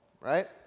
right